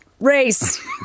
race